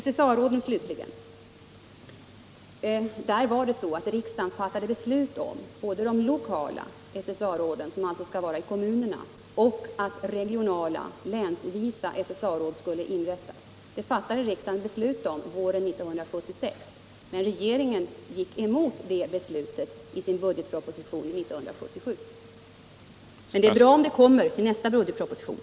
När det slutligen gäller SSA-råden fattade riksdagen beslut både om de lokala SSA-råden, som skulle finnas i kommunerna, och om att regionala, länsvisa, SSA-råd skulle inrättas. Det fattade riksdagen beslut om våren 1976, men regeringen gick emot det beslutet i sin budgetproposition 1977. Vi förväntar oss att det kommer i nästa budgetproposition.